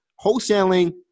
Wholesaling